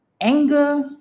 Anger